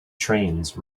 trains